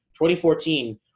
2014